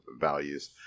values